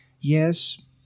yes